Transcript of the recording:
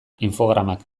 infogramak